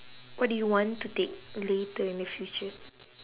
what do you want to take later in the future